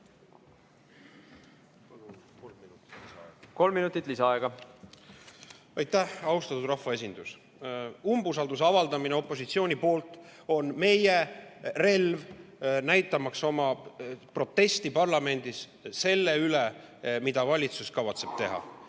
Kolm minutit lisaaega. Aitäh! Austatud rahvaesindus! Umbusalduse avaldamine opositsiooni poolt on meie relv, näitamaks oma protesti parlamendis selle vastu, mida valitsus kavatseb teha.